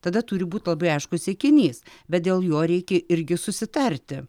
tada turi būti labai aiškus siekinys bet dėl jo reikia irgi susitarti